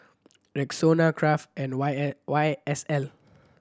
Rexona Kraft and Y Y S L